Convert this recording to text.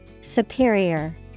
Superior